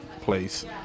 place